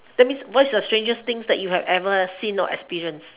that means what is the strangest things that you have ever seen or experienced